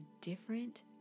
different